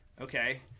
Okay